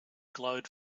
glowed